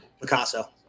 Picasso